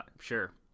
sure